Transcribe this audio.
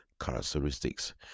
characteristics